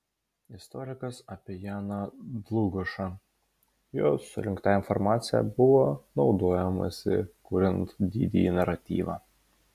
istorikas apie janą dlugošą jo surinkta informacija buvo naudojamasi kuriant didįjį naratyvą